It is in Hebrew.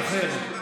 תשחרר.